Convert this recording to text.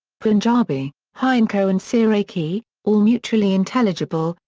punjabi, hindko and seraiki, all mutually intelligible,